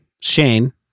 Shane